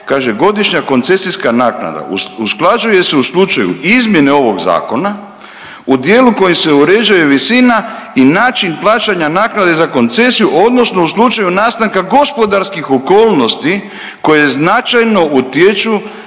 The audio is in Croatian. „Godišnja koncesijska naknada usklađuje se u slučaju izmjene ovog zakona u djelu u kojem se uređuje visina i način plaćanja naknade za koncesije odnosno u slučaju nastanka gospodarskih okolnosti koje značajno utječu